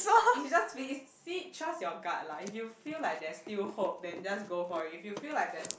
is just fee~ is see trust your gut lah if you feel like there's still hope then just go for it if you feel like there's